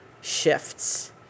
shifts